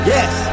Yes